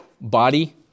body